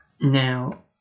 Now